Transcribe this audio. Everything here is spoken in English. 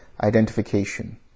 identification